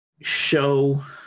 show